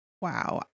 wow